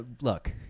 Look